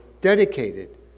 dedicated